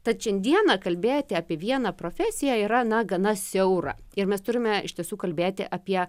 tad šiandieną kalbėti apie vieną profesiją yra na gana siaura ir mes turime iš tiesų kalbėti apie